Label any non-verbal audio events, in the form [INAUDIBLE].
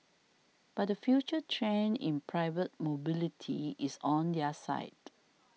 but the future trend in private mobility is on their side [NOISE]